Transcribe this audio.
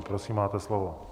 Prosím, máte slovo.